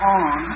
on